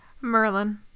Merlin